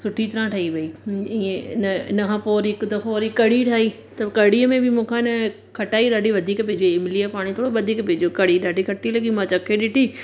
सुठी तरह ठई वई ईअं न इन खां पो वरी हिकु दफ़ो वरी कढ़ी ठाई त कढ़ीअ में बि मूंखां न खटाई ॾाढी वधीक पइजी वई इमली यो पाणी थोड़ो वधीक पइजी वियो कढ़ी ॾाढी खटी लॻी मां चखे ॾिठी